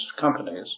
companies